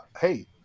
hey